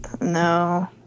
No